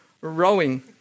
rowing